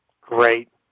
great